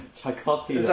tchaikovsky. it's